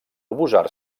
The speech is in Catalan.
oposar